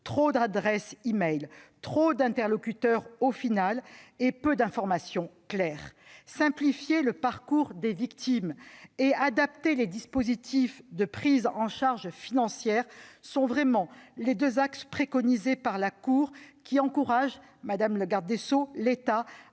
trop d'adresses e-mail, trop d'interlocuteurs et, au final, peu d'informations claires. « Simplifier le parcours des victimes » et « adapter les dispositifs de prise en charge financière » sont les deux axes préconisés par la Cour, qui, madame la garde des sceaux,